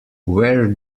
where